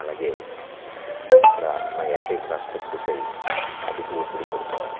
అలాగే ఇక్కడ మా ఎకైక ఆసుపత్రుపై అధిక ఒత్తిడి పడుతుంది